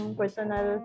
personal